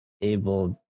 able